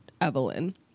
Evelyn